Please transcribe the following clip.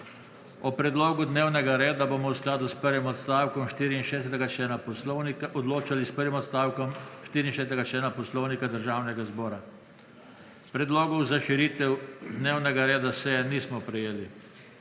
O predlogu dnevnega reda bomo odločali v skladu s prvim odstavkom 64. člena Poslovnika Državnega zbora. Predlogov za širitev dnevnega reda seje nismo prejeli.